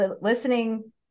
listening